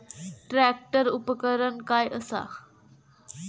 Tractor उपकरण काय असा?